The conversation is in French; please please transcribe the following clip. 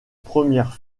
premières